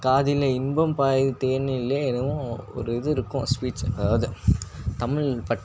காதிநிலே இன்பம் பாயுது தேனிலே என்னமோ ஒரு இது இருக்கும் ஸ்பீச் அதாவது தமிழ் பற்று